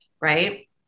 right